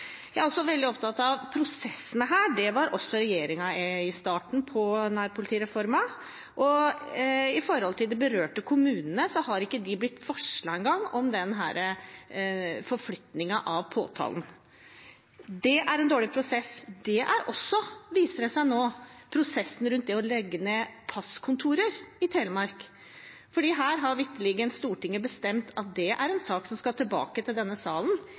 Jeg er også veldig opptatt av prosessene, og det var også regjeringen i starten av denne politireformen. De berørte kommunene har ikke engang blitt varslet om denne forflytningen av påtaleenheten. Det er en dårlig prosess. Det er også, viser det seg nå, prosessen om å legge ned passkontorer i Telemark. Her har vitterlig Stortinget bestemt at det er en sak som skal tilbake til denne salen,